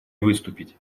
выступить